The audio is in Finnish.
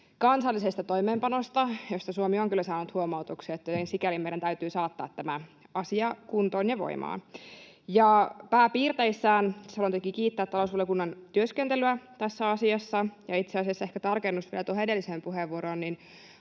kansallisesta toimeenpanosta, josta Suomi on kyllä saanut huomautuksia, että jo sikäli meidän täytyy saattaa tämä asia kuntoon ja voimaan. Pääpiirteissään haluan toki kiittää talousvaliokunnan työskentelyä tässä asiassa. Ehkä tarkennus vielä tuohon edelliseen puheenvuoroon: